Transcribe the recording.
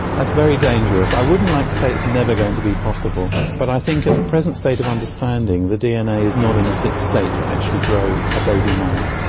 that's very dangerous. i wouldn't like to say it's never going to be possible, but i think at the present state of understanding, the dna is not in a fit state to actually grow a baby mammoth.